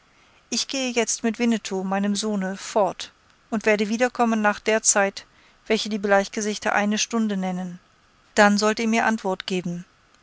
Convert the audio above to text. ich gehe jetzt mit winnetou meinem sohne fort und werde wiederkommen nach der zeit welche die bleichgesichter eine stunde nennen dann sollt ihr mir antwort geben